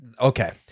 okay